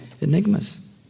enigmas